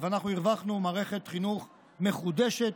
ואנחנו הרווחנו מערכת חינוך מחודשת,